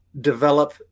develop